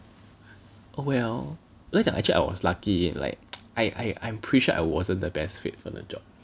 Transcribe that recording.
oh well 不要讲 actually I was lucky like I I I'm pretty sure I wasn't the best fit for the job